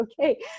okay